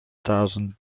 thousand